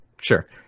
Sure